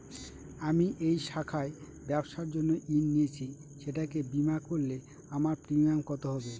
আমি এই শাখায় ব্যবসার জন্য ঋণ নিয়েছি সেটাকে বিমা করলে আমার প্রিমিয়াম কত হবে?